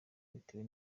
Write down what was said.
bitewe